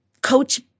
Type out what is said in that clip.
coach